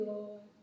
Lord